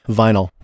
vinyl